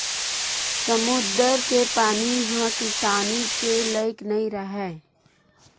समुद्दर के पानी ह किसानी के लइक नइ राहय